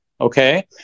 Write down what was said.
okay